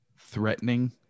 threatening